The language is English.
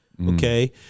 Okay